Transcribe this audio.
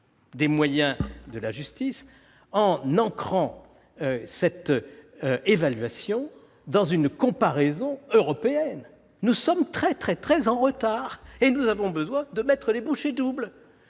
des moyens de la justice, en ancrant cette évaluation dans une comparaison européenne. Or nous sommes vraiment très en retard et il convient de mettre les bouchées doubles